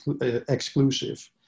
exclusive